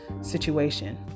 situation